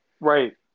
Right